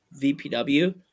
VPW